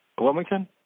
Wilmington